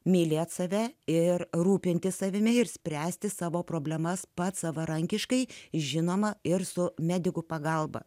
mylėti save ir rūpintis savimi ir spręsti savo problemas pats savarankiškai žinoma ir su medikų pagalba